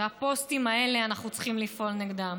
הפוסטים האלה, אנחנו צריכים לפעול נגדם.